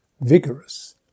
vigorous